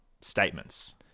statements